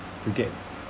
to get